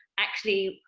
actually,